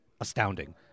astounding